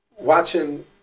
watching